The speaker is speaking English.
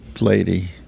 lady